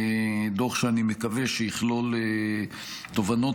דוח שאני מקווה שיכלול תובנות,